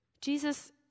Jesus